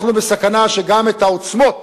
אנחנו בסכנה שגם את העוצמות